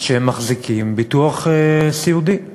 שהם מחזיקים ביטוח סיעודי,